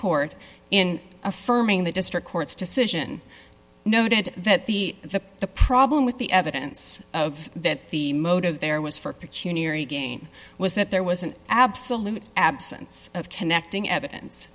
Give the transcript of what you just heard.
court in affirming the district court's decision noted that the the the problem with the evidence that the motive there was for peculiar again was that there was an absolute absence of connecting evidence